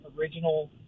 original